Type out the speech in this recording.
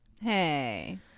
Hey